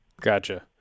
Gotcha